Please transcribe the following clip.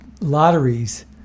lotteries